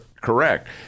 correct